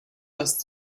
lassen